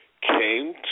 came